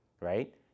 right